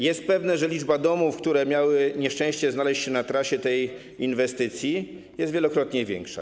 Jest pewne, że liczba domów, które miały nieszczęście znaleźć się na trasie tej inwestycji, jest wielokrotnie większa.